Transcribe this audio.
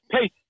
hey